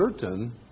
certain